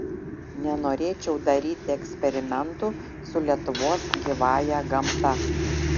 nenorėčiau daryti eksperimentų su lietuvos gyvąja gamta